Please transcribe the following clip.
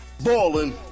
Ballin